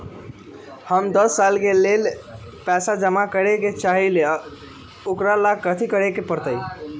हम दस साल के लेल पैसा जमा करे के चाहईले, ओकरा ला कथि करे के परत?